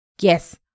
Yes